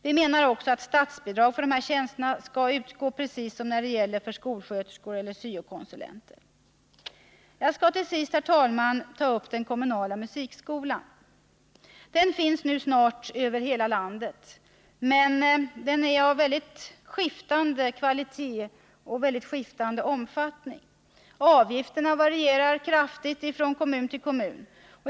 Vi menar även att statsbidrag för dessa tjänster skall utgå, precis som när det gäller skolsköterskor eller syokonsulenter. Jag skall till sist, herr talman, beröra den kommunala musikskolan. Den finns nu snart över hela landet men är av mycket skiftande kvalitet och omfattning. Avgifterna varierar kraftigt från kommun till kommun.